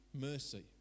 mercy